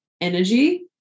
energy